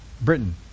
Britain